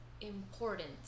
important